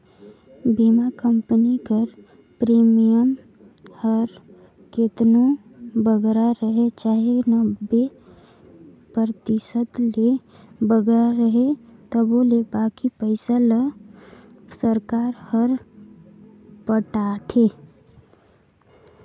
बीमा कंपनी कर प्रीमियम हर केतनो बगरा रहें चाहे नब्बे परतिसत ले बगरा रहे तबो ले बाकी पइसा ल सरकार हर पटाथे